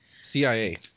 CIA